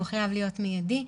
והוא חייב להיות מיידי.